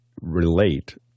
relate